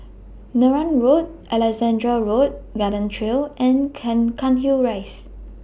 Neram Road Alexandra Road Garden Trail and Can Cairnhill Rise